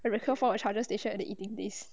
I cannot find a charger station at the eating place